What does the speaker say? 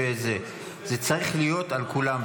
זה צריך להיות על כולם.